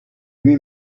lui